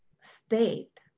state